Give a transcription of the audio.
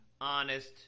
honest